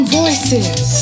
voices